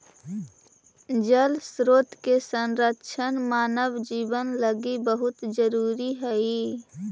जल स्रोत के संरक्षण मानव जीवन लगी बहुत जरूरी हई